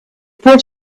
brought